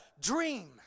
dream